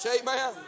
amen